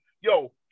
Yo